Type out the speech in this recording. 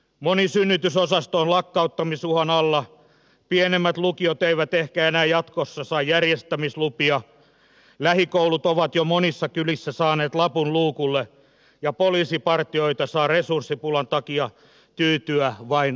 moni synnytysosasto on lakkauttamisuhan alla pienemmät lukiot eivät ehkä enää jatkossa saa järjestämislupia lähikoulut ovat jo monissa kylissä saaneet lapun luukulle ja poliisipartioita saa resurssipulan takia tyytyä vain odottelemaan